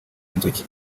inzuki